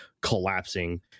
collapsing